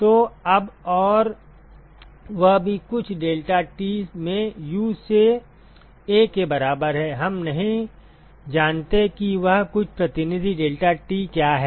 तो अब और वह भी कुछ deltaT में U से A के बराबर है हम नहीं जानते कि वह कुछ प्रतिनिधि deltaT क्या है